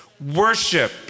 Worship